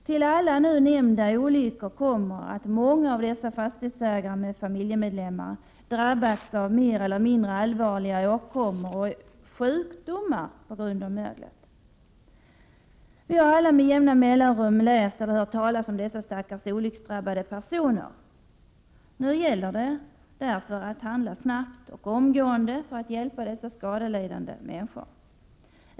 Till dessa olyckor kommer att många av dessa fastighetsägare med familjemedlemmar drabbats av mer eller mindre allvarliga åkommor och sjukdomar på grund av möglet. Vi har alla med jämna mellanrum läst eller hört talas om dessa stackars olycksdrabbade personer. Nu gäller det att handla snabbt och omgående för att hjälpa dessa skadelidande människor.